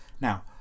now